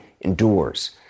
endures